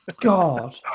God